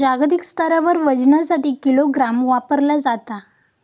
जागतिक स्तरावर वजनासाठी किलोग्राम वापरला जाता